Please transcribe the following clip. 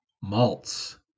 malts